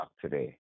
today